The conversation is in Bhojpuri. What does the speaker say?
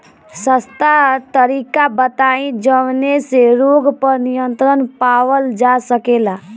सस्ता तरीका बताई जवने से रोग पर नियंत्रण पावल जा सकेला?